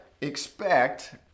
expect